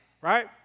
right